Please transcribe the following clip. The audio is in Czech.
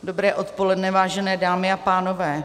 Dobré odpoledne, vážené dámy a pánové.